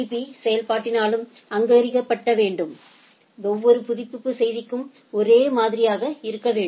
பீ செயல்பாட்டினாலும் அங்கீகரிக்கப்பட வேண்டும் ஒவ்வொரு புதுப்பிப்பு செய்திக்கும் ஒரே மாதிரியாக இருக்க வேண்டும்